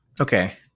Okay